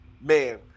man